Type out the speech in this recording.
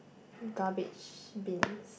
garbage bins